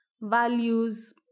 values